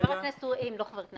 חבר הכנסת לשעבר